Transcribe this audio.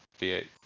V8